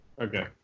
Okay